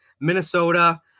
Minnesota